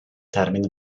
termine